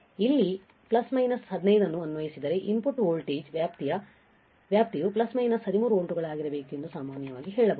ಇಲ್ಲಿ plus minus 15 ಅನ್ನು ಅನ್ವಯಿಸಿದರೆ ಇನ್ಪುಟ್ ವೋಲ್ಟೇಜ್ ವ್ಯಾಪ್ತಿಯು ಪ್ಲಸ್ ಮೈನಸ್ 13 ವೋಲ್ಟ್ಗಳಾಗಿರಬೇಕು ಎಂದು ಸಾಮಾನ್ಯವಾಗಿ ಹೇಳಬಹುದು